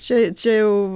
čia čia jau